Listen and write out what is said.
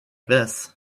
this